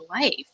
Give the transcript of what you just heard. life